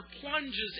plunges